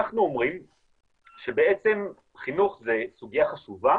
אנחנו אומרים שחינוך זו סוגיה חשובה